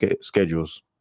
schedules